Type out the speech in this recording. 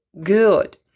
good